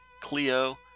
Cleo